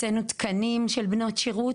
הקצנו תקנים לבנות שירות.